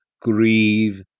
grieve